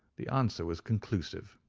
the answer was conclusive.